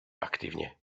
aktivně